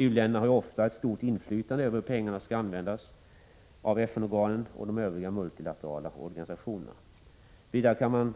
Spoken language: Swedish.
U-länderna har ju ofta ett stort inflytande över hur pengarna används av FN-organen och de övriga multilaterala organisationerna. Vidare kan